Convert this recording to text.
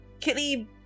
Kitty